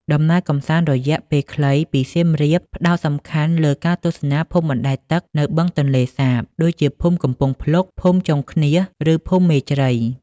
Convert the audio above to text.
ដំណើរកម្សាន្តរយៈពេលខ្លីពីសៀមរាប ផ្តោតសំខាន់លើការទស្សនាភូមិបណ្តែតទឹកនៅបឹងទន្លេសាប ដូចជាភូមិកំពង់ផ្លុក ភូមិចុងឃ្នៀស ឬភូមិមេជ្រៃ។